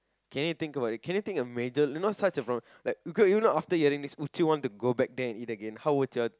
can you think about it can you think a major you know such a problem like okay you know after hearing this would you want to go back there and eat again how would your